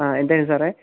ആ എന്തായിരുന്നു സാറെ